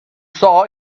saw